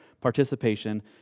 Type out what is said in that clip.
participation